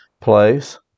place